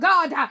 God